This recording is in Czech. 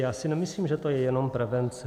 Já si nemyslím, že to je jenom prevence.